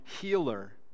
healer